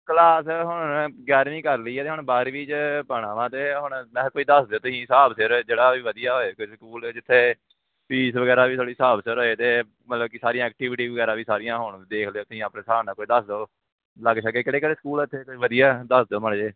class ਹੁਣ ਗਿਆਰਵੀਂ ਕਰ ਲਈ ਹੈ ਅਤੇ ਹੁਣ ਬਾਰਵੀਂ 'ਚ ਪਾਉਣਾ ਵਾ ਤੇ ਹੁਣ ਮੈਂ ਕਿਹਾ ਤੁਸੀਂ ਦੱਸ ਦਿਓ ਤੁਸੀਂ ਹਿਸਾਬ ਸਿਰ ਜਿਹੜਾ ਵੀ ਵਧੀਆ ਹੋਵੇ ਸਕੂਲ ਜਿੱਥੇ ਫੀਸ ਵਗੈਰਾ ਵੀ ਥੋੜ੍ਹੀ ਹਿਸਾਬ ਸਿਰ ਹੋਵੇ ਅਤੇ ਮਤਲਬ ਕਿ ਸਾਰੀਆਂ ਐਕਟੀਵਿਟੀ ਵੀ ਵਗੈਰਾ ਵੀ ਸਾਰੀਆਂ ਹੋਣ ਦੇਖ ਲਿਓ ਤੁਸੀਂ ਆਪਣੇ ਹਿਸਾਬ ਨਾਲ ਕੋਈ ਦੱਸ ਦਿਓ ਲਾਗੇ ਸ਼ਾਗੇ ਕਿਹੜੇ ਕਿਹੜੇ ਸਕੂਲ ਆ ਇੱਥੇ ਕੋਈ ਵਧੀਆ ਦੱਸ ਦਿਓ ਮਾੜੇ ਜਿਹੇ